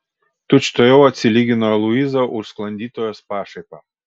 tučtuojau atsilygino luiza už sklandytojos pašaipą